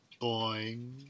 Boing